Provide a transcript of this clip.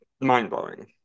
Mind-blowing